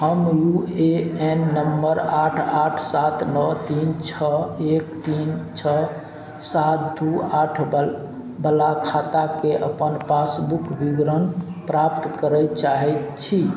हम U A N number आठ आठ सात नओ तीन छओ एक तीन छओ सात दू आठ बल वला खाताके अपन पासबुक विवरण प्राप्त करय चाहैत छी